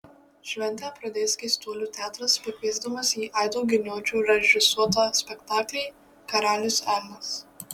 šventę pradės keistuolių teatras pakviesdamas į aido giniočio režisuotą spektaklį karalius elnias